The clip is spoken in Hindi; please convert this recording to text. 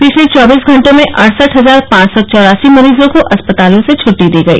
पिछले चौबीस घंटों में अड़सठ हजार पांच सौ चौरासी मरीजों को अस्पतालों से छटटी दी गई